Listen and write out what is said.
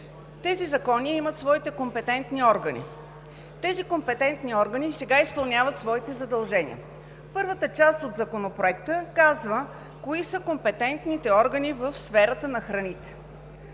Тези закони имат своите компетентни органи. Те и сега изпълняват своите задължения. Първата част от Законопроекта казва кои са компетентните органи в сферата на храните.